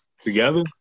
Together